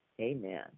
Amen